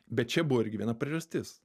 bet čia buvo irgi viena priežastis